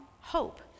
hope